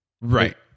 Right